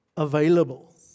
Available